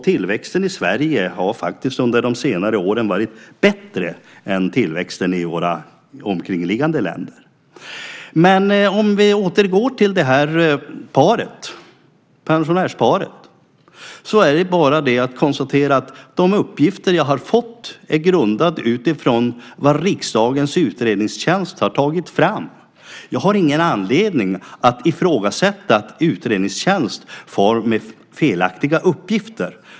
Tillväxten i Sverige har faktiskt under de senare åren varit bättre än tillväxten i omkringliggande länder. Om vi återgår till pensionärsparet är de uppgifter jag har fått grundade på vad riksdagens utredningstjänst har tagit fram. Jag har ingen anledning att tro att utredningstjänsten far med felaktiga uppgifter.